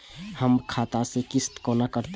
हमर खाता से किस्त कोना कटतै?